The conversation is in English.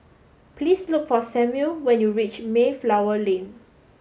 please look for Samuel when you reach Mayflower Lane